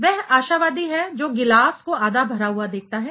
वह आशावादी है जो गिलास को आधा भरा हुआ देखता है